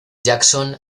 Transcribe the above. jackson